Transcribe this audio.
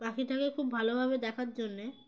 পাখিটাকে খুব ভালোভাবে দেখার জন্যে